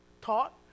taught